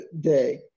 day